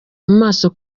maso